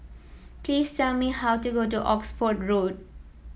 please tell me how to go to Oxford Road